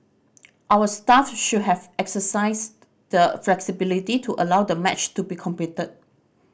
our staff should have exercised the flexibility to allow the match to be completed